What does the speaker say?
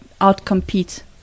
out-compete